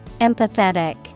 Empathetic